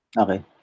Okay